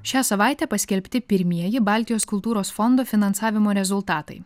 šią savaitę paskelbti pirmieji baltijos kultūros fondo finansavimo rezultatai